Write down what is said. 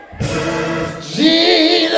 Jesus